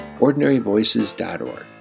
OrdinaryVoices.org